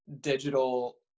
digital